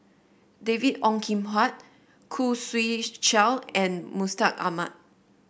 David Ong Kim Huat Khoo Swee Chiow and Mustaq Ahmad